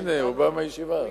הנה, הוא בא מהישיבה.